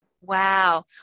Wow